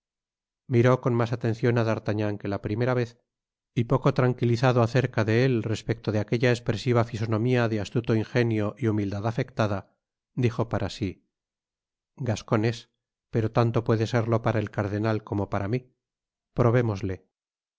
miró con mas atencion á d'artagnan que la vez primera y poco tranquilizado acerca de él respeto de aquella espresiva fisonomía de astuto ingenio y humildad afectada dijo para si gascon es pero tanto puede serlo para el cardenal como para mí probémosle